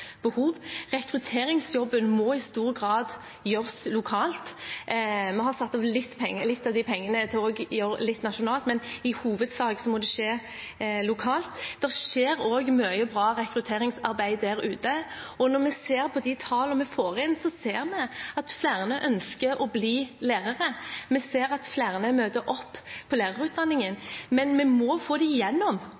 Rekrutteringsjobben må i stor grad gjøres lokalt. Vi har satt av litt av de pengene til å gjøre litt nasjonalt, men i hovedsak må det skje lokalt. Det skjer også mye bra rekrutteringsarbeid der ute, og når vi ser på tallene vi får inn, ser vi at flere ønsker å bli lærere. Vi ser at flere møter opp på lærerutdanningen,